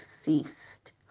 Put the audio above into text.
ceased